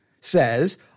says